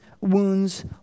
wounds